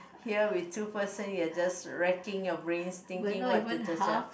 here with two person you are just wrecking your brains thinking what